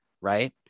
right